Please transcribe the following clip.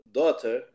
daughter